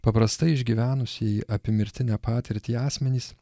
paprastai išgyvenusieji apiemirtinę patirtį asmenys